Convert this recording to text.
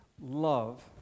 love